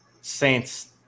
saints